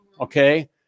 Okay